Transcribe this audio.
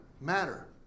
matter